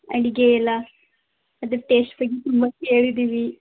ಅಡಿಗೆ ಎಲ್ಲ ಅದ್ರ ಟೇಸ್ಟ್ ಬಗ್ಗೆ ತುಂಬ ಕೇಳಿದ್ದೀವಿ